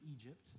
Egypt